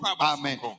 amen